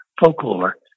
folklore